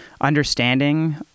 understanding